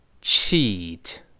cheat